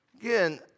again